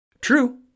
True